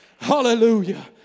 Hallelujah